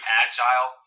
agile